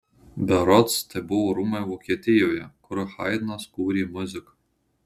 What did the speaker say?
berods tai buvo rūmai vokietijoje kur haidnas kūrė muziką